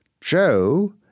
Joe